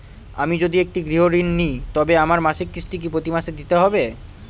আমি যদি একটি গৃহঋণ নিই তবে আমার মাসিক কিস্তি কি প্রতি মাসে দিতে হবে?